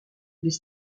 les